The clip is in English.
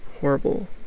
horrible